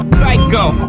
Psycho